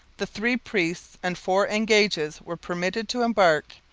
the three priests and four engages were permitted to embark,